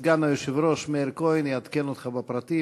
סגן היושב-ראש מאיר כהן יעדכן אותך בפרטים.